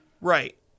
Right